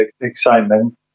excitement